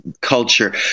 culture